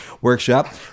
Workshop